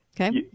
okay